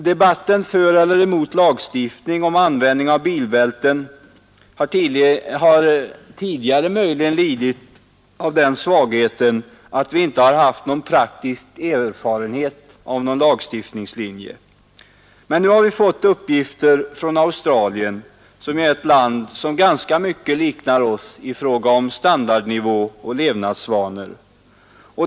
Debatten för eller emot lagstiftning om användning av bilbälten har tidigare möjligen lidit av den svagheten att vi inte har haft någon praktisk erfarenhet av en lagstiftningslinje. Men nu har vi fått uppgifter från Australien, som ju är ett land som ganska mycket liknar Sverige i fråga om standardnivå och levnadsvanor.